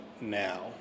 now